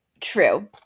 True